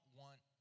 want